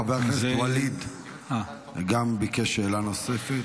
חבר הכנסת ואליד גם ביקש שאלה נוספת.